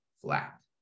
flat